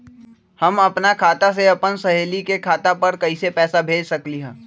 हम अपना खाता से अपन सहेली के खाता पर कइसे पैसा भेज सकली ह?